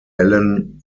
ellen